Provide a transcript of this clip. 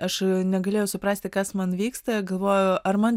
aš negalėjau suprasti kas man vyksta galvoju ar man